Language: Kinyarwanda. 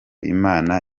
imana